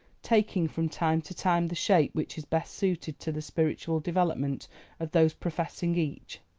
taking from time to time the shape which is best suited to the spiritual development of those professing each.